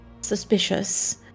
suspicious